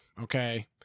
Okay